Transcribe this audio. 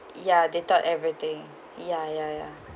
ya they thought everything ya ya ya